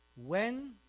when,